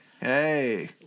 Hey